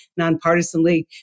nonpartisanly